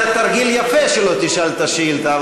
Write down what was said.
זה תרגיל יפה כדי שלא תשאל את השאילתה,